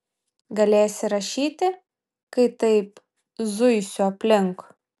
galėsi rašyti kai taip zuisiu aplink